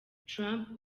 trump